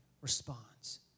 responds